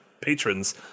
patrons